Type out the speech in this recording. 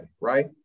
right